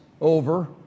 over